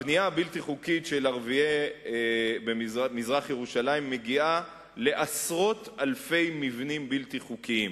הבנייה הבלתי-חוקית במזרח-ירושלים מגיעה לעשרות אלפי מבנים בלתי חוקיים.